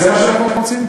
זה מה שאנחנו רוצים.